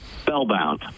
spellbound